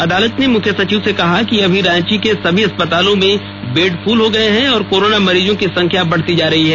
अदालत ने मुख्य सचिव से कहा कि अभी रांची के सभी अस्पतालों में बेड फ़ल हो गये हैं और कोरोना मरीजों की संख्या बढ़ती जा रही है